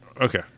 Okay